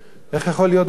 איך יכול להיות דבר כזה?